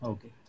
Okay